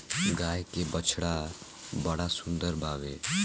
गाय के बछड़ा बड़ा सुंदर बावे